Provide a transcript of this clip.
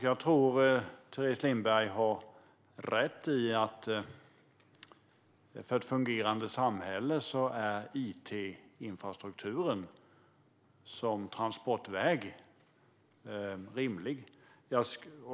Jag tror att Teres Lindberg har rätt i att för att få ett fungerande samhälle är it-infrastrukturen en rimlig transportväg.